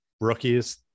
rookies